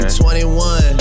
21